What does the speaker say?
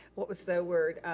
what was the word,